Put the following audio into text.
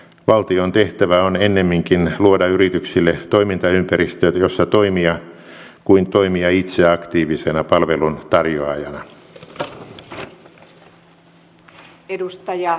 valtion tehtävä on ennemminkin luoda yrityksille toimintaympäristöt joissa toimia kuin toimia itse aktiivisena palveluntarjoajana